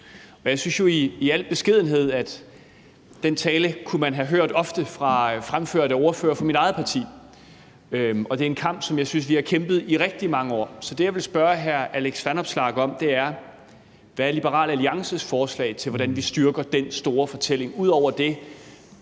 Jeg synes jo i al beskedenhed også, at den tale kunne man ofte have hørt fremført af ordførere fra mit eget parti, og at det er en kamp, som vi har kæmpet i rigtig mange år. Så det, jeg vil spørge hr. Alex Vanopslagh om, er, hvad Liberal Alliances forslag er til, hvordan vi styrker den store fortælling ud over det,